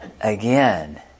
Again